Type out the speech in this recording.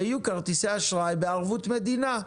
ויהיו כרטיסי אשראי בערבויות מדינה,